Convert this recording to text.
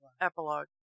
Epilogue